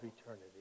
eternity